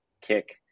kick